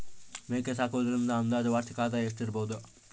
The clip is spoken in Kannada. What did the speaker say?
ಮೇಕೆ ಸಾಕುವುದರಿಂದ ಅಂದಾಜು ವಾರ್ಷಿಕ ಆದಾಯ ಎಷ್ಟಿರಬಹುದು?